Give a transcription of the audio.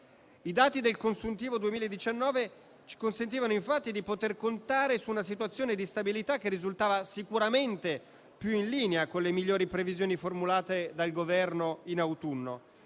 I dati del consuntivo 2019 ci consentivano, infatti, di poter contare su una situazione di stabilità che risultava sicuramente più in linea con le migliori previsioni formulate dal Governo in autunno.